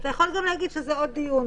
ואתה יכול גם לומר שזה עוד דיון.